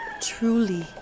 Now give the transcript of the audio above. truly